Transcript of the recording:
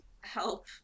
Help